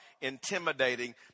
intimidating